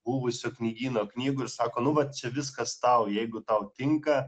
buvusio knygyno knygų ir sako nu va čia viskas tau jeigu tau tinka